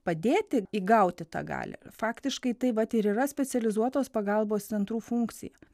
padėti įgauti tą galią faktiškai tai vat ir yra specializuotos pagalbos centrų funkcija